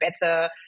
better